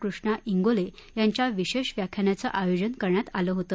कृष्णा जीले यांच्या विशेष व्याख्यानाचे आयोजन करण्यात आलं होत